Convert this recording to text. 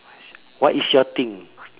what is your thing